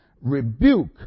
Rebuke